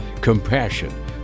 compassion